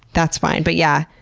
that's fine. but yeah,